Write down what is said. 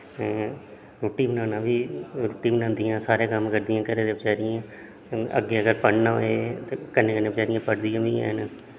रोटी बनाना बी रोटी बनांदियां सारे कम्म करदियां घरै दा बचारियां अग्गें अगर पढ़ना होऐ ते कन्नै कन्नै बचारियां पढ़दियां बी ऐ न